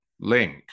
link